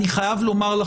אני חייב לומר,